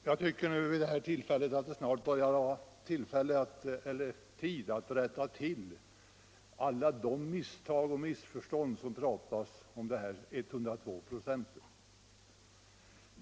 Fru talman! Jag tycker att det börjar vara tid att rätta till alla de missförstånd som förekommit när det gäller frågan om de 102 96.